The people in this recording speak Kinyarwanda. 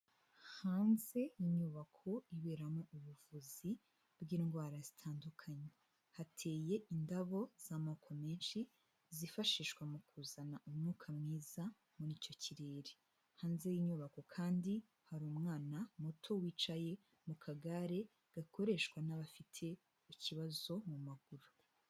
Hanze y'inyubako iberamo ubuvuzi bw'indwara zitandukanye, hateye indabo z'amoko menshi zifashishwa mu kuzana umwuka mwiza muri icyo kirere, hanze y'inyubako kandi hari umwana muto wicaye mu kagare gakoreshwa n'abafite ikibazo mu maguru.